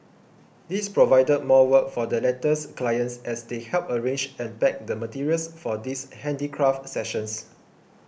this provided more work for the latter's clients as they helped arrange and pack the materials for these handicraft sessions